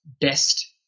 best